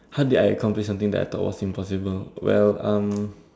how did I complete something that I thought was impossible well um